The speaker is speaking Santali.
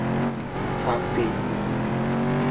ᱥᱟᱱᱛᱤ